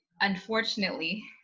unfortunately